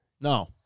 no